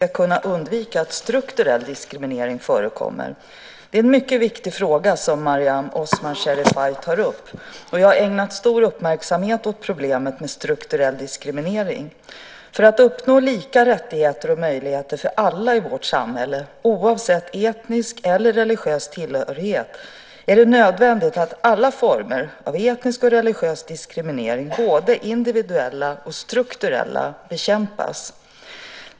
Herr talman! Mariam Osman Sherifay har frågat mig om jag har någon plan för hur vi ska kunna undvika att strukturell diskriminering förekommer. Det är en mycket viktig fråga som Mariam Osman Sherifay tar upp, och jag har ägnat stor uppmärksamhet åt problemet med strukturell diskriminering. För att uppnå lika rättigheter och möjligheter för alla i vårt samhälle oavsett etnisk eller religiös tillhörighet är det nödvändigt att alla former av etnisk eller religiös diskriminering, både individuella och strukturella, bekämpas.